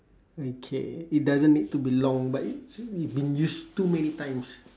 okay it doesn't need to be long but it's been used too many times